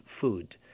food